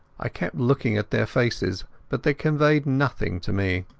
i kept looking at their faces, but they conveyed nothing to me.